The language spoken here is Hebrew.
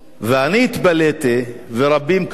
אני התפלאתי, ורבים כמוני,